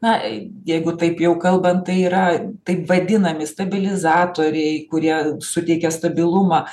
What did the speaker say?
na jeigu taip jau kalbant tai yra taip vadinami stabilizatoriai kurie suteikia stabilumą